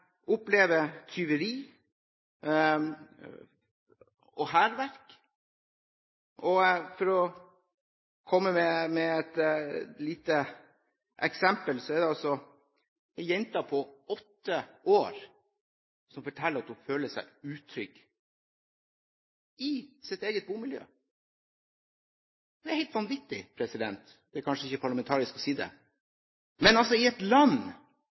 opplever tyveri og hærverk, og for å komme med et lite eksempel så er det en jente på åtte år som forteller at hun føler seg utrygg i sitt eget bomiljø. Det er helt vanvittig. Det er kanskje ikke parlamentarisk å si det. Men i et land hvor man er